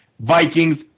Vikings